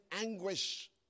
anguish